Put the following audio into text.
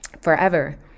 forever